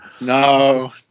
No